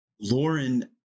Lauren